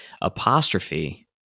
Apostrophe